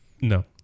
no